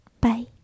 bye